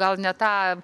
gal ne tą